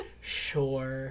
Sure